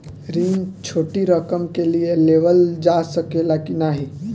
ऋण छोटी रकम के लिए लेवल जा सकेला की नाहीं?